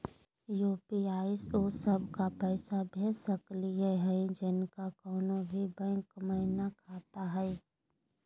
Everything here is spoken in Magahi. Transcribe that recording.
यू.पी.आई स उ सब क पैसा भेज सकली हई जिनका कोनो भी बैंको महिना खाता हई?